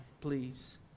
please